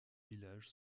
village